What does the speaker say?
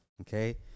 okay